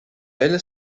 elle